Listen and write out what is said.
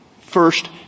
first